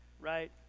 right